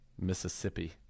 Mississippi